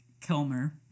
Kilmer